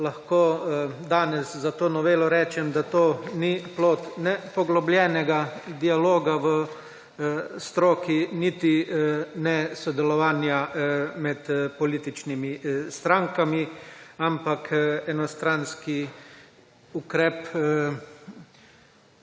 lahko danes za to novelo rečem, da to ni plod ne poglobljenega dialoga v stroki niti ne sodelovanja med političnimi strankami, ampak enostranski ukrep,